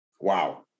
Wow